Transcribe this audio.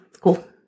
Cool